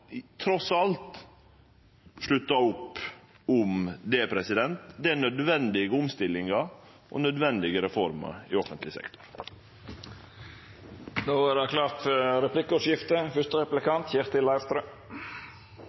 trass alt sluttar opp om det. Det er nødvendige omstillingar og nødvendige reformer i offentleg sektor. Det vert replikkordskifte. Vi har vel hatt et replikkordskifte